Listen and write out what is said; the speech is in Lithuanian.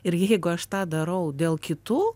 ir jeigu aš tą darau dėl kitų